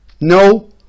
No